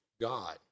God